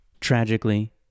Tragically